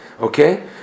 okay